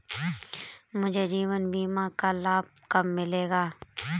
मुझे जीवन बीमा का लाभ कब मिलेगा?